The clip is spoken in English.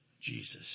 Jesus